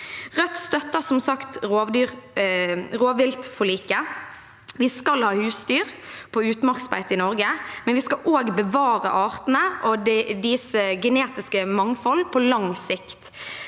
Rødt støtter som sagt rovviltforliket. Vi skal ha husdyr på utmarksbeite i Norge, men vi skal også bevare artene og deres genetiske mangfold på lang sikt.